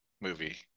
movie